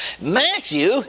Matthew